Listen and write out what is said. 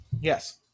Yes